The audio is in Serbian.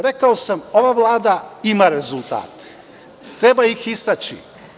Rekao sam, ova Vlada ima rezultate, treba ih istaći.